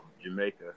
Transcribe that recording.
jamaica